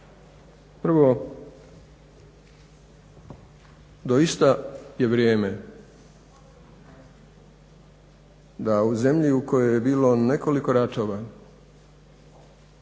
Prvo, doista je vrijeme da u zemlji u kojoj je bilo nekoliko ratova